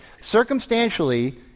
Circumstantially